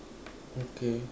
okay